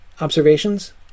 Observations